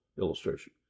illustration